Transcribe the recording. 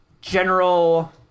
general